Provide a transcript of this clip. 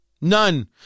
None